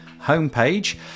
homepage